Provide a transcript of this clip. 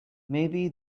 maybe